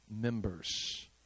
members